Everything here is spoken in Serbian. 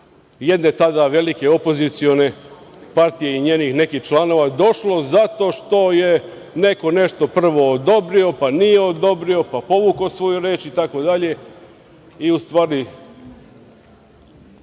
jedne tada velike opozicione partije i njenih nekih članova došlo zato što je neko nešto prvo odobrio, pa nije odobrio, pa povukao svoju reč, itd,